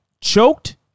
choked